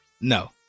No